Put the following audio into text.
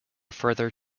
further